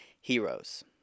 heroes